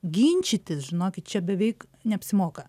ginčytis žinokit čia beveik neapsimoka